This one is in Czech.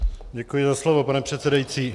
Děkuji za slovo, pane předsedající.